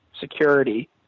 security